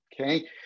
okay